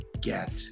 get